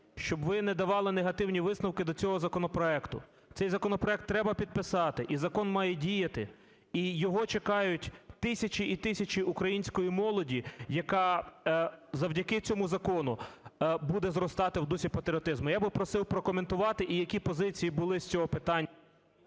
щоб ви не давали негативні висновки до цього законопроекту. Цей законопроект треба підписати, і закон має діяти. І його чекають тисячі і тисячі української молоді, яка завдяки цьому закону буде зростати в дусі патріотизму. Я би просив прокоментувати. І які позиції були з цього питання…